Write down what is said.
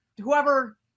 whoever